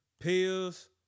Pills